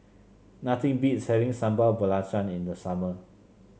nothing beats having Sambal Belacan in the summer